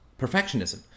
perfectionism